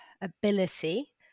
ability